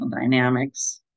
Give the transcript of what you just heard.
dynamics